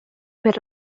per